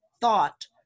thought